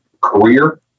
career